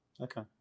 Okay